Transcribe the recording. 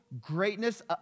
greatness